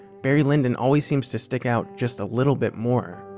barry lyndon always seems to stick out just a little bit more.